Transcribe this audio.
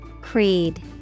Creed